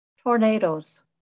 tornadoes